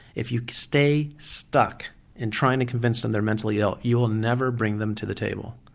if you stay stuck in trying to convince them they're mentally ill you will never bring them to the table.